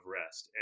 rest